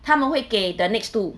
他们会给 the next two